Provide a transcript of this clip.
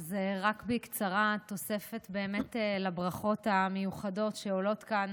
אז רק בקצרה תוספת לברכות המיוחדות שעולות כאן